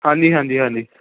ਹਾਂਜੀ ਹਾਂਜੀ ਹਾਂਜੀ